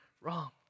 wrong